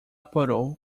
parou